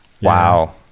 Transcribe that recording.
wow